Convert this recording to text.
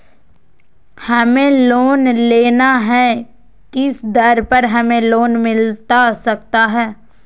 हमें लोन लेना है किस दर पर हमें लोन मिलता सकता है?